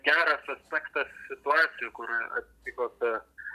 geras aspektas situacijų kur atsitiko bet